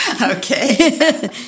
Okay